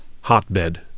hotbed